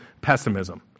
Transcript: pessimism